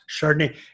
Chardonnay